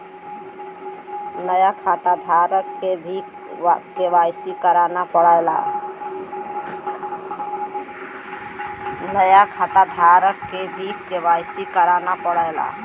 नया खाताधारक के भी के.वाई.सी करना पड़ला